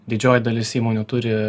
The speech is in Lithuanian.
didžioji dalis įmonių turi